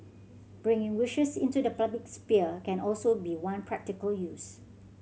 bringing wishes into the public sphere can also be one practical use